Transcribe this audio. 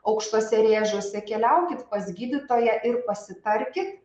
aukštuose rėžiuose keliaukit pas gydytoją ir pasitarkit